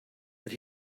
that